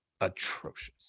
atrocious